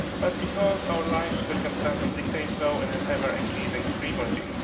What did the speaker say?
but because our life circumstances dictate so in an ever-increasing frequency.